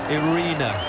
arena